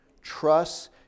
Trust